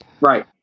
Right